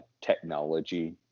technology